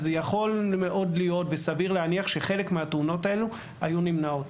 אז יכול מאוד להיות וסביר להניח שחלק מהתאונות האלה היו נמנעות.